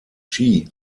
chi